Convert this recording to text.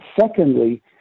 Secondly